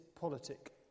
politic